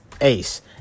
ACE